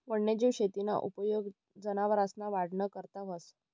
वन्यजीव शेतीना उपेग जनावरसना वाढना करता व्हस